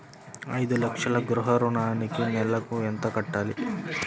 ఐదు లక్షల గృహ ఋణానికి నెలకి ఎంత కట్టాలి?